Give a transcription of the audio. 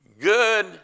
Good